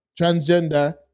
transgender